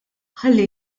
ħalli